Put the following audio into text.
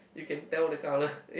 you can tell the colours eh